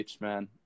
man